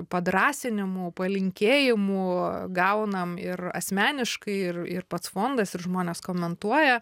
padrąsinimų palinkėjimų gaunam ir asmeniškai ir ir pats fondas ir žmonės komentuoja